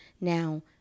Now